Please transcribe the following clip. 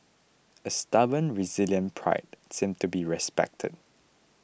a stubborn resilient pride since to be respected